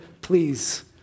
please